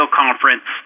conference